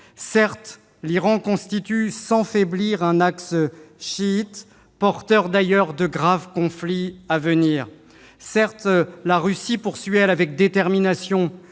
Certes, l'Iran constitue sans faiblir un axe chiite, porteur, d'ailleurs, de graves conflits à venir. Certes, la Russie, quant à elle, poursuit avec détermination